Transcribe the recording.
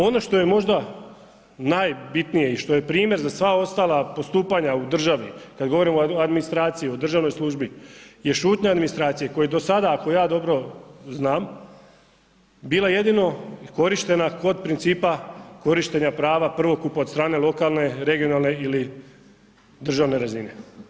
Ono što je možda najbitnije i što je primjer za sva ostala postupanja u državi, kada govorimo o administraciji, u državnoj službi, je šutnja administracije, koja do sada, ako ja dobro znam, bila jedino korištenja, kod principa korištenja prava prvokupa od strne lokalne, regionalne ili državne razine.